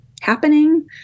happening